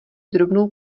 drobnou